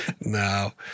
No